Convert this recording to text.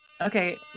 okay